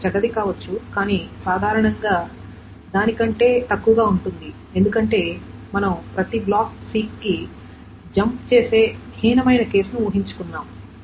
ఇది చెడ్డది కావచ్చు కానీ సాధారణంగా దాని కంటే తక్కువగా ఉంటుంది ఎందుకంటే మనం ప్రతి బ్లాక్ సీక్ కి జంప్ చేసే హీనమైన కేసును ఊహించుకున్నాం